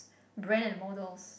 brand and models